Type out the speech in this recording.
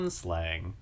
slang